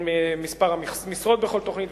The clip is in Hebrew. מספר המשרות בכל תוכנית,